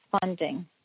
funding